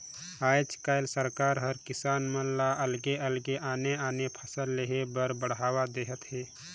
आयज कायल सरकार हर किसान मन ल अलगे अलगे आने आने फसल लेह बर बड़हावा देहत हे